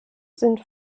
sind